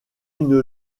une